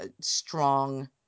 strong